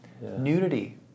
Nudity